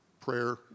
prayer